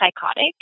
psychotic